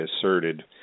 asserted